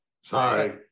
Sorry